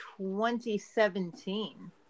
2017